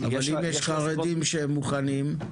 אם יש חרדים שמוכנים,